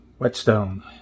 Whetstone